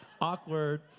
Awkward